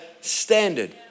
standard